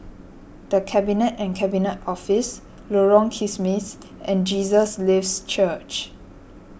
the Cabinet and Cabinet Office Lorong Kismis and Jesus Lives Church